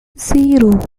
zero